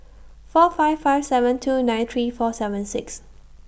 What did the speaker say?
four five five seven two nine three four seven six